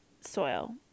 soil